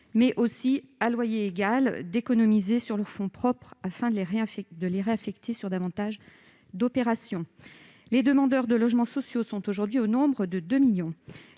mais aussi, à loyer égal, d'économiser sur leurs fonds propres afin de les réaffecter sur d'autres opérations. Les demandeurs de logements sociaux sont aujourd'hui au nombre de 2 millions